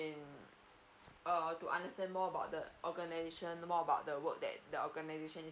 in err to understand more about the organization know more about the work that the organisation